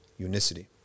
unicity